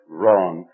wrong